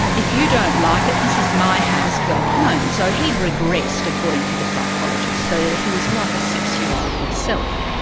if you don't like it, this is my house, go home. so he'd regressed, according to the psychologist, so he was like a six-year-old himself.